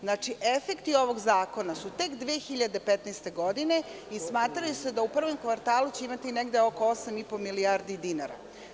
Znači, efekti ovog zakona su tek 2015. godine i smatraju se da će u prvom kvartalu imati negde oko osam i po milijarde dinara.